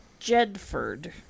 Jedford